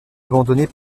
abandonnée